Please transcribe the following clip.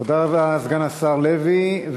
תודה רבה לסגן השר לוי.